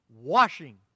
washing